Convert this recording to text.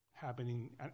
happening